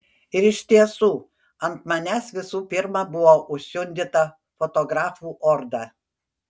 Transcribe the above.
ir iš tiesų ant manęs visų pirma buvo užsiundyta fotografų orda